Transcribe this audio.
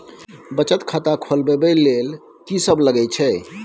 बचत खाता खोलवैबे ले ल की सब लगे छै?